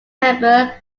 member